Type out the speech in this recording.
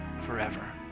forever